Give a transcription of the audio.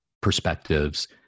perspectives